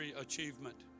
achievement